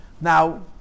Now